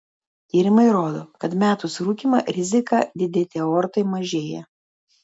tyrimai rodo kad metus rūkymą rizika didėti aortai mažėja